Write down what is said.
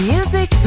Music